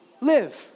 live